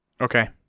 Okay